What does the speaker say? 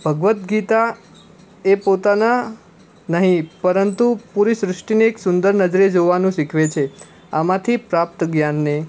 ભગવદ્ ગીતા એ પોતાના નહિ પરંતુ પૂરી સૃષ્ટિને એક સુંદર નજરે જોવાનું શીખવે છે આમાંથી પ્રાપ્ત જ્ઞાનને